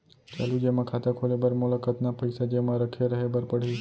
चालू जेमा खाता खोले बर मोला कतना पइसा जेमा रखे रहे बर पड़ही?